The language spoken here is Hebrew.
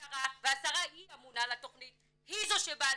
השרה, והשרה היא אמונה על התכנית, היא זו שבאה